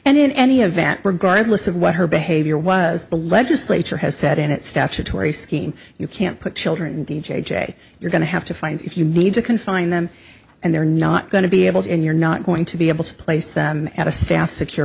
and in any event regardless of what her behavior was the legislature has said in its statutory scheme you can't put children d j you're going to have to find if you need to confine them and they're not going to be able to and you're not going to be able to place them at a staff secure